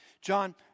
John